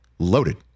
Loaded